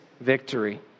victory